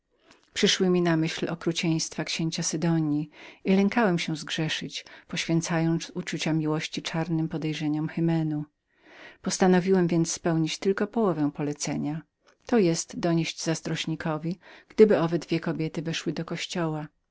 przyszły mi na myśl okrucieństwa księcia sidonji i lękałem się zgrzeszyć poświęcając uczucia miłości czarnym podejrzeniom hymenu postanowiłem więc spełnić tylko połowę polecenia to jest donieść zazdrośnikowi gdyby dwie kobiety weszły do kościoła